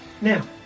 Now